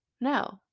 No